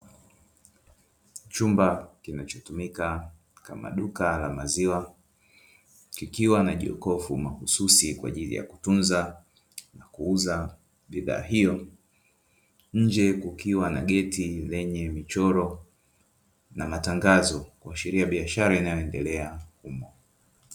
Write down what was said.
Chumba kinacho tumika kama duka la maziwa, kikiwa na jokofu mahususi kwa ajili ya kutunza na kuuza bidhaa hiyo, nje kukiwa na geti lenye michoro na matangazo kuashiria biashara inayoenendelea humo.